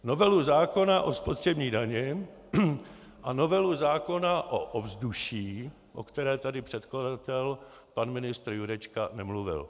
Novelu zákona o spotřební dani a novelu zákona o ovzduší, o které tady předkladatel pan ministr Jurečka nemluvil.